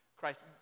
Christ